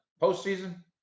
postseason